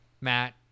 Matt